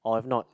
or have not